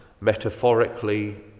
metaphorically